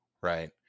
Right